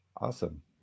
Awesome